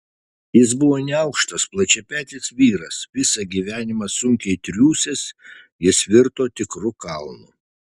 jis buvo neaukštas plačiapetis vyras visą gyvenimą sunkiai triūsęs jis virto tikru kalnu